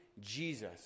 Jesus